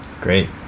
Great